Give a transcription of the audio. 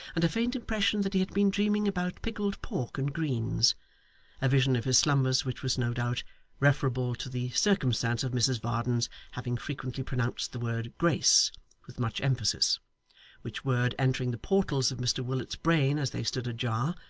and a faint impression that he had been dreaming about pickled pork and greens a vision of his slumbers which was no doubt referable to the circumstance of mrs varden's having frequently pronounced the word grace with much emphasis which word, entering the portals of mr willet's brain as they stood ajar,